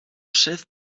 chef